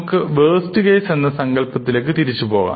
നമുക്ക് worst case എന്ന സങ്കല്പത്തിലേക്ക് തിരിച്ചുപോകാം